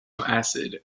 acid